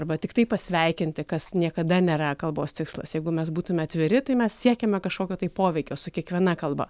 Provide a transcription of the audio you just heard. arba tiktai pasveikinti kas niekada nėra kalbos tikslas jeigu mes būtume atviri tai mes siekiame kažkokio tai poveikio su kiekviena kalba